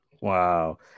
Wow